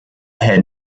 had